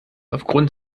aufgrund